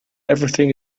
everything